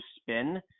spin